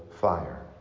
fire